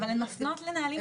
אבל הם מפנות לנהלים אחרים.